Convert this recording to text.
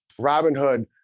Robinhood